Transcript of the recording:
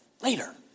later